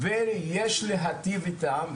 ויש להיטיב איתם,